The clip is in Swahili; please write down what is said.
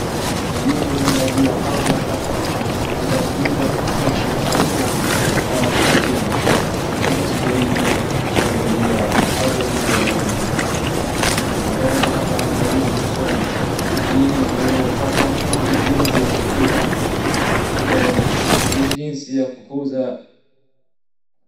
Elimu inaangaziwa kwamba hapa. Kitabu hili la competence based curriculum darasa la pili ikihusu zaidi mazingira au elimu ya mazingira. watoto hapa anajaribu kusoma ni nini anaweza pata ama ni jinsi ya kukuza jinsi ya kukuza